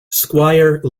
squire